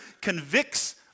convicts